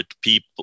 people